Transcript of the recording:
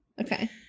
Okay